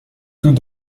tout